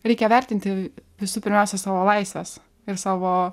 reikia vertinti visų pirmiausia savo laisves ir savo